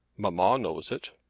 mamma knows it.